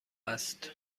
است